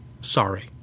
sorry